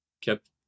kept